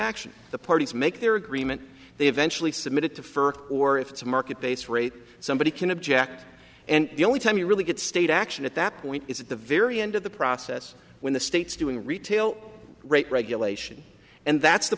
action the parties make their agreement they eventually submit it to further or if it's a market based rate somebody can object and the only time you really get state action at that point is at the very end of the process when the states doing retail rate regulation and that's the